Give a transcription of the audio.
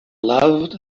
loved